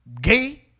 Gay